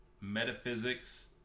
metaphysics